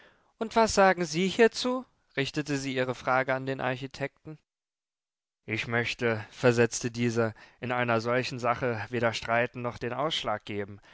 und was sagen sie hierzu richtete sie ihre frage an den architekten ich möchte versetzte dieser in einer solchen sache weder streiten noch den ausschlag geben